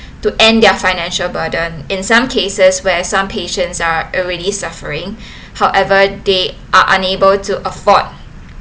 to end their financial burden in some cases where some patients are already suffering however they are unable to afford